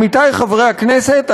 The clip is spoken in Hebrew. עמיתי חברי הכנסת,